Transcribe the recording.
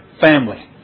family